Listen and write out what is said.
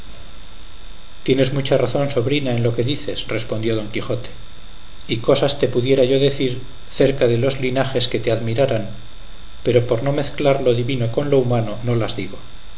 tienes mucha razón sobrina en lo que dices respondió don quijote y cosas te pudiera yo decir cerca de los linajes que te admiraran pero por no mezclar lo divino con lo humano no las digo